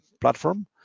platform